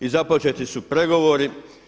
I započeti su pregovori.